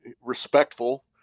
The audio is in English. respectful